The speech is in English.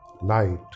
light